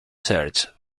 search